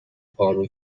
پارو